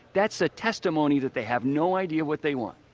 that's a testimony that they have no idea what they want.